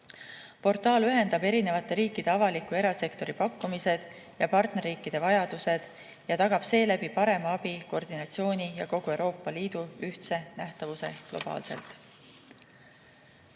Portaal ühendab erinevate riikide avaliku ja erasektori pakkumised ja partnerriikide vajadused ning tagab seeläbi parema abi, koordinatsiooni ja kogu Euroopa Liidu ühtse nähtavuse globaalselt.